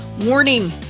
Warning